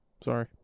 Sorry